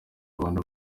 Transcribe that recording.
abantu